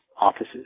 offices